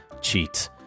cheat